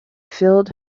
filled